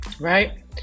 Right